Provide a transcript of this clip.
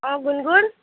অঁ গুণগুণ